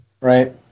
Right